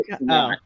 No